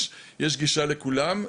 יש גישה לכולם,